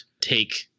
take